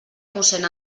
mossén